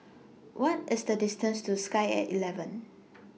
What IS The distance to Sky At eleven